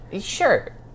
sure